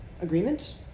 agreement